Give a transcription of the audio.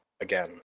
again